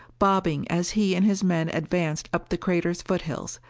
bobbing as he and his men advanced up the crater's foothills,